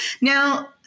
Now